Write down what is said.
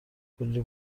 کلی